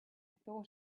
thought